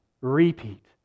repeat